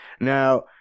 Now